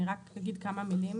אני אומר רק כמה מילים.